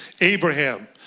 Abraham